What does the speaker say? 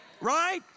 right